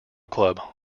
club